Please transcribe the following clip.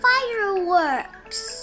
Fireworks